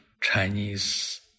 Chinese